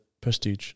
Prestige